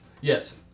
Yes